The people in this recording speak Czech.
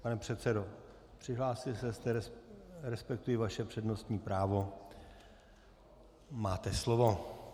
Pane předsedo, přihlásil jste se, respektuji vaše přednostní právo, máte slovo.